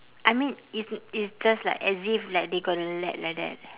I mean it's it's just like as if like they gonna let like that